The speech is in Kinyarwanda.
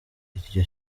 iryo